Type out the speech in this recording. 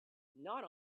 not